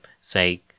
say